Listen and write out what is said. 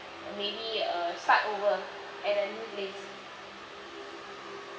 maybe err start over at a new place